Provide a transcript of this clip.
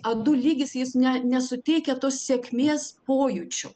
a du lygis jis ne nesuteikia to sėkmės pojūčio